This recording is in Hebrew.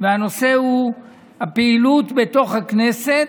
והנושא הוא הפעילות בתוך הכנסת,